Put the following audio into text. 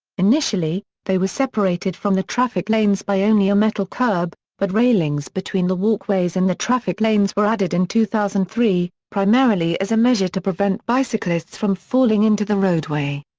initially, they were separated from the traffic lanes by only a metal curb, but railings between the walkways and the traffic lanes were added in two thousand and three, primarily as a measure to prevent bicyclists from falling into the roadway.